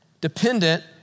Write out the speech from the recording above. Dependent